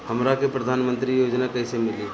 हमरा के प्रधानमंत्री योजना कईसे मिली?